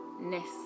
ness